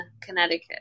Connecticut